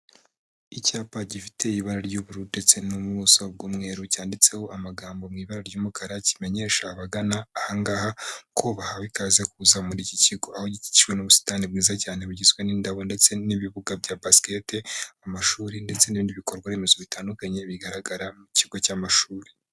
Icyapa gifite ibara ry'ubururu ndetse n'ubuso bw'umweru, cyanditseho amagambo mu ibara ry'umukara kimenyesha abagana aha ngaha ko bahawe ikaze kuza muri iki kigo aho gikikijwe n'ubusitani bwiza cyane bugizwe n'indabo ndetse n'ibibuga bya basikete, amashuri ndetse n'ibindi bikorwa remezo bitandukanye bigaragara mu kigo cy'amashuri.